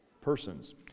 persons